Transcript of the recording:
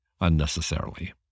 unnecessarily